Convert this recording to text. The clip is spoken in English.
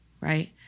right